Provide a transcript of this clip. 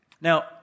Now